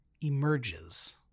emerges